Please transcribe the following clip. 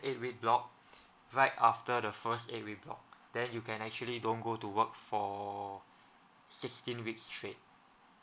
eight week block right after the first eight week block then you can actually don't go to work for sixteen weeks straight